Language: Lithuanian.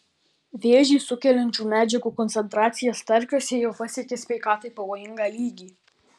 vėžį sukeliančių medžiagų koncentracija starkiuose jau pasiekė sveikatai pavojingą lygį